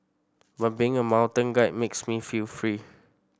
but being a mountain guide makes me feel free